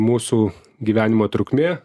mūsų gyvenimo trukmė